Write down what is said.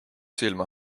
silma